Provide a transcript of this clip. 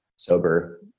sober